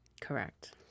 Correct